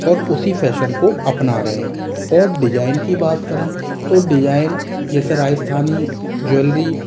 और उसी फैशन को अपना रहे हैं और डिज़ाइन की बात करें तो डिज़ाइन जैसे राजस्थानी ज्वेलरी